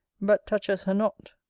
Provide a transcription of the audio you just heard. but touches her not.